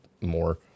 more